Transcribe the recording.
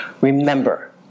Remember